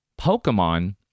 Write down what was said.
Pokemon